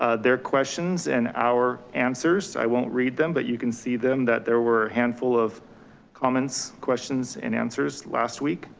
ah their questions and our answers. i won't read them but you can see them that there were a handful of comments, questions and answers last week.